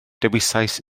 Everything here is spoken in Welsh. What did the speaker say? dewisais